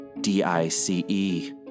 D-I-C-E